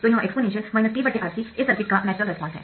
तो यह exponential t R c इस सर्किट का नैचरल रेस्पॉन्स है